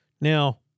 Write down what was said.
Now